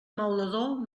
maulador